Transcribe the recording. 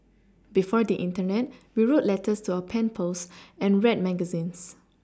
before the Internet we wrote letters to our pen pals and read magazines